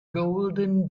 golden